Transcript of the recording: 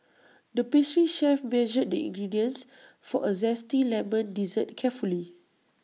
the pastry chef measured the ingredients for A Zesty Lemon Dessert carefully